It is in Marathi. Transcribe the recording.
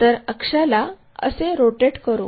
तर अक्षाला असे रोटेट करू